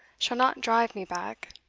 shall not drive me back,